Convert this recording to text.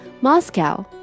Moscow